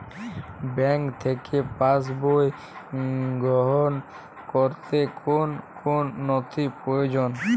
Bank থেকে pass বই সংগ্রহ করতে কোন কোন নথি প্রয়োজন?